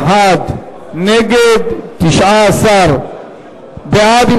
41 נגד, 19 בעד.